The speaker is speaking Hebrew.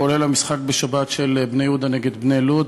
כולל המשחק בשבת של "בני יהודה" נגד "בני לוד",